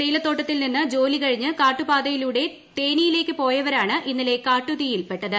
തേയിലത്തോട്ടത്തിൽ നിന്ന് ജോലികഴിഞ്ഞ് കാട്ടുപാതിയിലൂടെ തേനിയിലേക്ക് പോയവരാണ് ഇന്നലെ കാട്ടുത്തീയിൽപ്പെട്ടത്